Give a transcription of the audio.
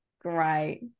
Great